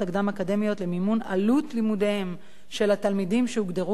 למימון עלות לימודיהם של התלמידים שהוגדרו כראויים